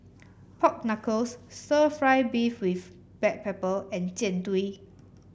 Pork Knuckle stir fry beef with Black Pepper and Jian Dui